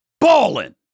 balling